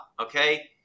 Okay